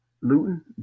Luton